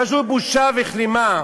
פשוט בושה וכלימה.